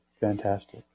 fantastic